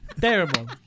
Terrible